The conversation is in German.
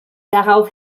darauf